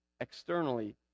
externally